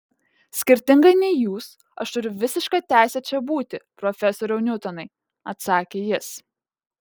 skirtingai nei jūs aš turiu visišką teisę čia būti profesoriau niutonai atsakė jis